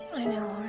i know.